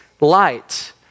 light